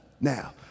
Now